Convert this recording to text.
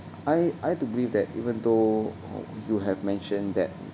I I believe that even though you have mentioned that